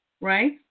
right